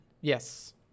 yes